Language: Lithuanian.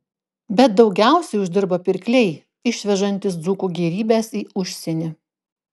bet daugiausiai uždirba pirkliai išvežantys dzūkų gėrybes į užsienį